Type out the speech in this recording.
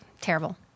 terrible